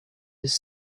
his